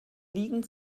liegen